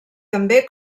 també